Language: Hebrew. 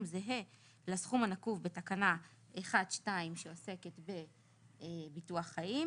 זהה לסכום הנקוב בתקנה 1.2 שעוסקת בביטוח חיים,